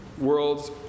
world's